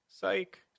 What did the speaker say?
Psych